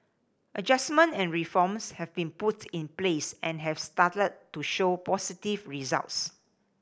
adjustment and reforms have been put in place and have started to show positive results